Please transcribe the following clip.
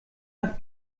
nach